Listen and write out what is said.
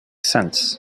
sense